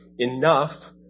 enough